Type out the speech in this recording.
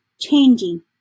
changing